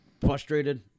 frustrated